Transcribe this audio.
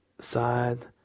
Side